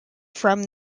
from